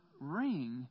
ring